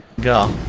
Go